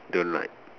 don't like